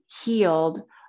healed